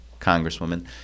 Congresswoman